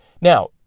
Now